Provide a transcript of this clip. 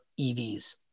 EVs